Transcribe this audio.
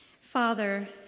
Father